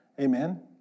Amen